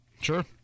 Sure